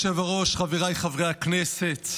אדוני היושב-ראש, חבריי חברי הכנסת,